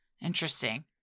Interesting